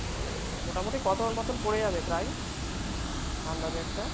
ও মোটামুটি কতর মতোন পড়ে যাবে প্রায় আন্দাজ একটা